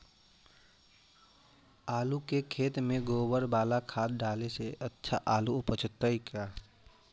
आलु के खेत में गोबर बाला खाद डाले से अच्छा आलु उपजतै?